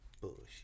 Bullshit